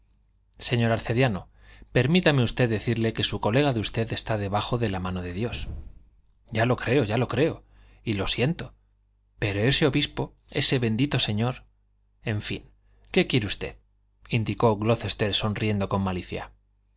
señor arcediano permítame usted decirle que su colega de usted está dejado de la mano de dios ya lo creo ya lo creo y lo siento pero ese obispo ese bendito señor en fin qué quiere usted indicó glocester sonriendo con malicia